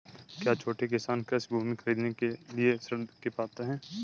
क्या छोटे किसान कृषि भूमि खरीदने के लिए ऋण के पात्र हैं?